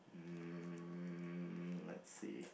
um let's see